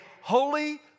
holy